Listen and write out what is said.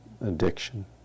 addiction